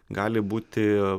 gali būti